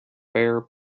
bare